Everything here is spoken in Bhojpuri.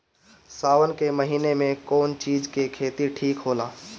सावन के महिना मे कौन चिज के खेती ठिक होला?